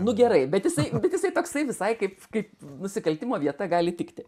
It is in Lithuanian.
nu gerai bet jisai jisai toksai visai kaip kaip nusikaltimo vieta gali tikti